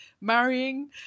Marrying